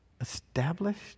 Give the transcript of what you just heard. established